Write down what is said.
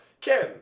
Ken